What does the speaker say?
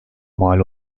mal